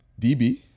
DB